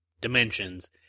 dimensions